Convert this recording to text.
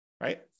right